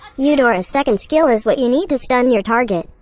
eudora's second skill is what you need to stun your target.